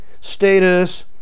status